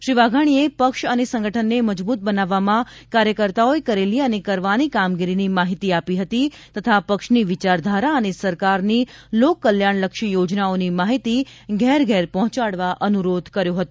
શ્રી વાઘાણીએ પક્ષ અને સંગઠનને મજબુત બનાવવામાં કાર્યકર્તાઓએ કરેલી અને કરવાની કામગીરીની માહિતી આપી હતી તથા પક્ષની વિચારધારા અને સરકારની લોકકલ્યાણ લક્ષી યોજનાઓની માહિતી ઘેર ઘેર પહોંચાડવા અનુરોધ કર્યો હતો